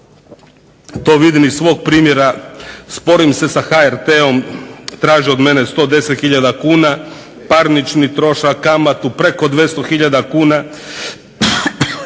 To vidim iz svog primjera, sporim se sa HRT-om traže od mene 110 hiljada kuna, parnični trošak, kamatu preko 200 hiljada kuna.